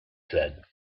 said